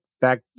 back